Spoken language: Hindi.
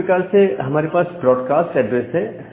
उसी प्रकार से हमारे पास ब्रॉडकास्ट एड्रेस है